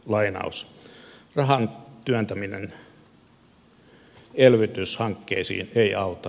rahan työntäminen elvytyshankkeisiin ei auta